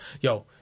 Yo